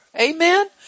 Amen